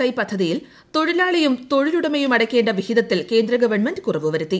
I പദ്ധതിയിൽ തൊഴിലാളിയും തൊഴിലുടമയും അടയ്ക്കേണ്ട വിഹിതത്തിൽ കേന്ദ്ര ഗവൺമെന്റ് കുറവുവരുത്തി